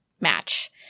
match